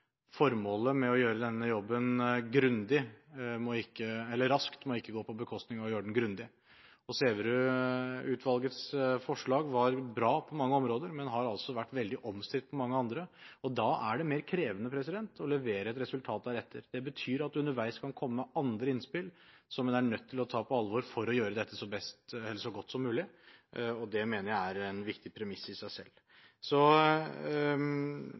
Formålet med å gjøre denne jobben raskt må ikke gå på bekostning av å gjøre den grundig. Sæverud-utvalgets forslag var bra på mange områder, men har altså vært veldig omstridt på mange andre. Da er det mer krevende å levere et resultat deretter. Det betyr at en underveis kan komme med andre innspill som en er nødt til å ta på alvor for å gjøre dette så godt som mulig, og det mener jeg er en viktig premiss i seg selv.